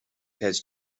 has